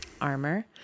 armor